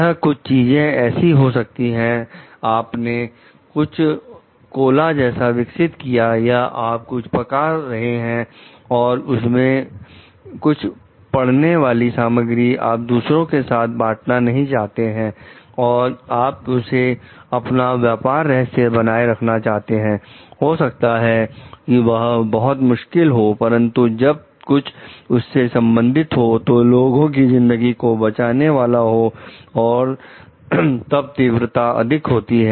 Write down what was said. यह कुछ चीजें ऐसे हो सकती हैं आपने कुछ कोला जैसा विकसित किया या आप कुछ पका रहे हैं और उसमें कुछ पढ़ने वाली सामग्री आप दूसरों के साथ बांटना नहीं चाहते और आप उसे अपना व्यापार रहस्य बनाए रखना चाहते हैं हो सकता है कि यह बहुत मुश्किल हो परंतु जब कुछ उससे संबंधित हो जो लोगों की जिंदगी को बचाने वाला हो और तब तीव्रता अधिक होती है